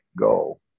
go